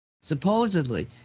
Supposedly